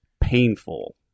painful